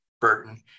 Burton